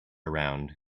around